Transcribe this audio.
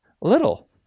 little